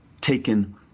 taken